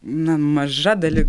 na maža dali